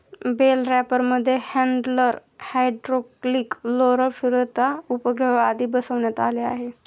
bell रॅपरमध्ये handler, hydraulic roller, फिरता उपग्रह आदी बसवण्यात आले आहे